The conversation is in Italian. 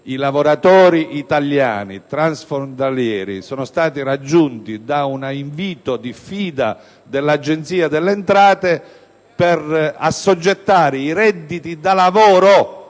i lavoratori italiani transfrontalieri sono stati raggiunti da un invito-diffida dell'Agenzia delle entrate per assoggettare i redditi da lavoro